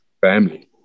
family